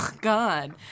God